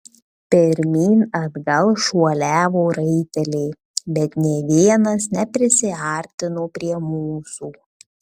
pirmyn atgal šuoliavo raiteliai bet nė vienas neprisiartino prie mūsų